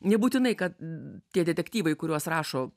nebūtinai kad tie detektyvai kuriuos rašo